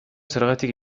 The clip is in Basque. zergatik